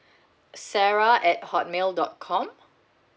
sarah at hotmail dot com